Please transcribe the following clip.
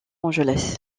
angeles